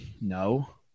No